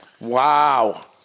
Wow